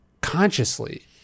consciously